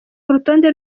urutonde